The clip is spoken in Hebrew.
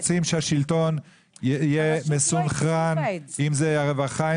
רוצים שהשלטון יהיה מסונכרן; אם זה עם הרווחה,